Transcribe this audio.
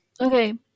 Okay